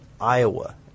Iowa